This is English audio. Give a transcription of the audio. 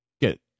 get